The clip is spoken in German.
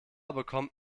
bekommt